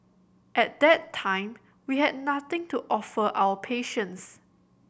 at that time we had nothing to offer our patients